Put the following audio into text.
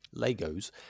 Legos